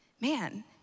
man